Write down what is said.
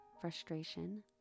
frustration